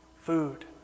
food